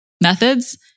methods